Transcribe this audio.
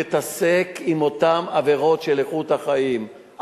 להתעסק עם אותן עבירות של איכות החיים,